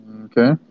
Okay